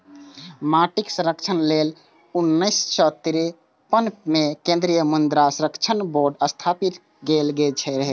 माटिक संरक्षण लेल उन्नैस सय तिरेपन मे केंद्रीय मृदा संरक्षण बोर्ड स्थापित कैल गेल रहै